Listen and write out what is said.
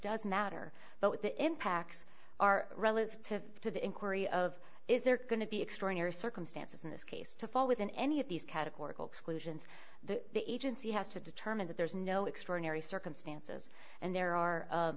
doesn't matter but what the impacts are relative to the inquiry of is there going to be extraordinary circumstances in this case to fall within any of these categorical exclusions that the agency has to determine that there's no extraordinary circumstances and there are